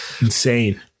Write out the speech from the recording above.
Insane